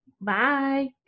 Bye